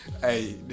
Hey